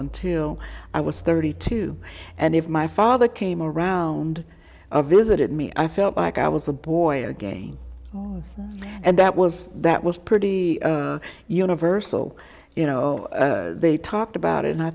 until i was thirty two and if my father came around visited me i felt like i was a boy again and that was that was pretty universal you know they talked about it and i